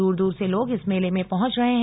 दूर दूर से लोग इस मेले में पहुंच रहे हैं